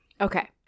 Okay